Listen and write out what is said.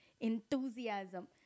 enthusiasm